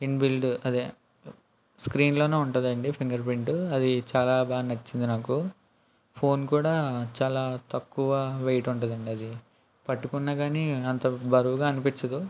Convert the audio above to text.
inbuilt అదే స్క్రీన్లోనే ఉంటుంది అండి ఫింగర్ప్రింట్ అది చాలా బాగా నచ్చింది నాకు ఫోన్ కూడా చాలా తక్కువ వెయిట్ ఉంటుంది అండి అది పట్టుకున్న కానీ అంత బరువుగా అనిపించదు